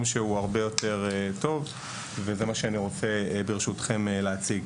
שהוא הרבה יותר טוב וזה מה שאני רוצה ברשותכם להציג.